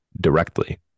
directly